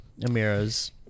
Amira's